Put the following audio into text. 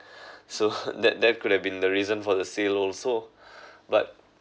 so that that could have been the reason for the sale also but